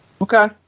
Okay